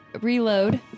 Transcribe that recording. reload